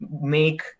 make